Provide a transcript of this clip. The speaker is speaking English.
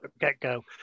get-go